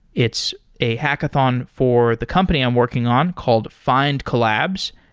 it's a hackathon for the company i'm working on called findcollabs,